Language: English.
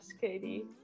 Katie